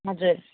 हजुर